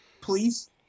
Please